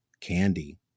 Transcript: candy